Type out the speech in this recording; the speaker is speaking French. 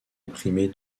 imprimée